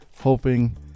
hoping